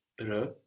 Re